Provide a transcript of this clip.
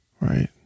right